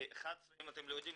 כי אם אתם לא יודעים,